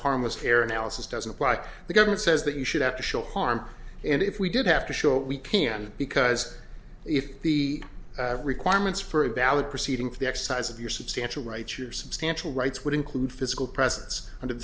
harmless error analysis doesn't like the government says that you should have to show harm and if we did have to show we can because if the requirements for a ballot proceeding for the exercise of your substantial rights your substantial rights would include physical presence of the